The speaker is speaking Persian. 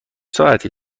ساعتی